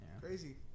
Crazy